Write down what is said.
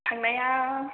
थांनाया